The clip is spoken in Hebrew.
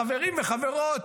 חברים וחברות,